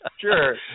Sure